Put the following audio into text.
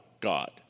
God